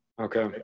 Okay